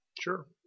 Sure